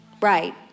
Right